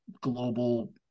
global